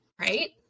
right